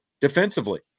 defensively